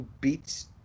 beats